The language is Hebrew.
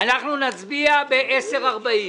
עד יום ראשון.